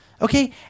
Okay